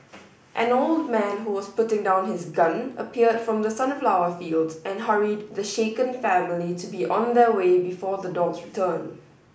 an old man who was putting down his gun appeared from the sunflower fields and hurried the shaken family to be on their way before the dogs return